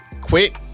Quit